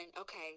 okay